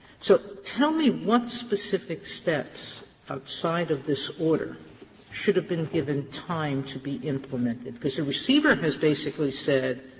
so tell me what specific steps outside of this order should have been given time to be implemented because the receiver has basically said,